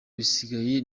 gisigaye